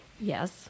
Yes